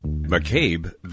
McCabe